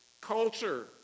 culture